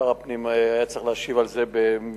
שר הפנים היה צריך להשיב על זה במסגרת